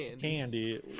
candy